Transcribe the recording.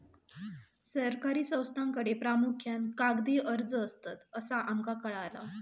सरकारी संस्थांकडे प्रामुख्यान कागदी अर्ज असतत, असा आमका कळाला